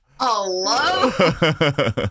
Hello